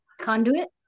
conduit